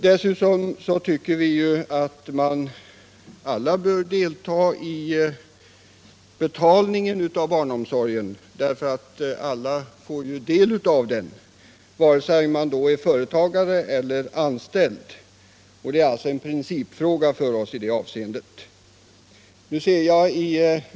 Dessutom tycker vi att alla bör delta i betalningen av denna, eftersom alla får nytta av den, och det gäller både företagare och anställda. Det är alltså i det avseendet en principfråga för oss.